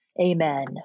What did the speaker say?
Amen